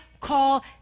call